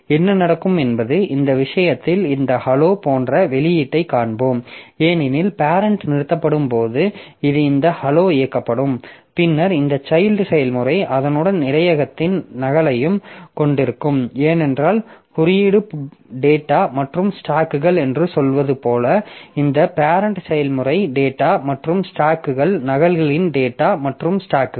என்ன நடக்கும் என்பது இந்த விஷயத்தில் இந்த hello போன்ற வெளியீட்டைக் காண்போம் ஏனெனில் பேரெண்ட் நிறுத்தப்படும் போது இது இந்த hello இயக்கப்படும் பின்னர் இந்த சைல்ட் செயல்முறை அதனுடன் இடையகத்தின் நகலையும் கொண்டிருக்கும் ஏனென்றால் குறியீடு டேட்டா மற்றும் ஸ்டாக்கள் என்று சொல்வது போல இந்த பேரெண்ட் செயல்முறை டேட்டா மற்றும் ஸ்டாக்களின் நகல்களின் டேட்டா மற்றும் ஸ்டாக்கள்